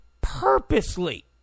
purposely